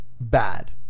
bad